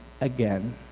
again